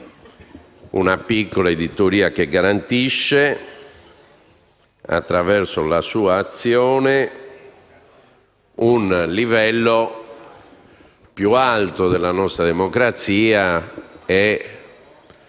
una piccola editoria che garantisce, attraverso la sua azione, un livello più alto della nostra democrazia e